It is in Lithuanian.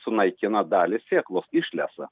sunaikina dalį sėklos išlesa